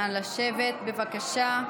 נא לשבת, בבקשה.